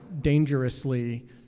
dangerously